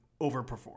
overperform